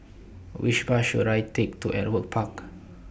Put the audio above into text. Which Bus should I Take to Ewart Park